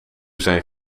zijn